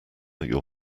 your